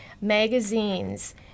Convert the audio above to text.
magazines